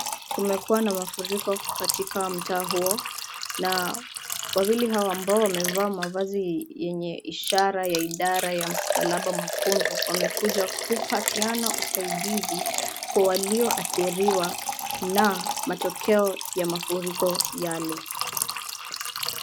Kunakuwa na mafuriko katika mtaa huo na wawili hao ambao wamevaa mavazi yenye ishara ya idara ya msalaba mwekundu wamekuja kupatiana usaidizi wa walioadhiriwa na matokeo ya mafuriko yale.